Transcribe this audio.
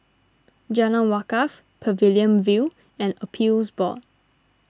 Jalan Wakaff Pavilion View and Appeals Board